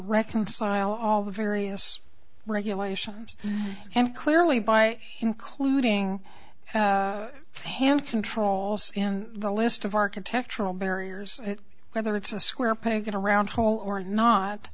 reconcile all the various regulations and clearly by including hand controls and the list of architectural barriers whether it's a square peg in a round hole or not